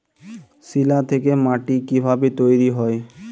শিলা থেকে মাটি কিভাবে তৈরী হয়?